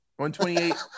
128